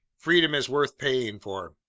freedom is worth paying for.